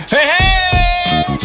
Hey